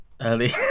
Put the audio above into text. early